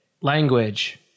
language